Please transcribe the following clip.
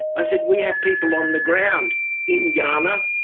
i said, we have people on the ground in ghana,